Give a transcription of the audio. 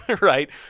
right